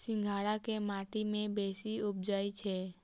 सिंघाड़ा केँ माटि मे बेसी उबजई छै?